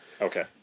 Okay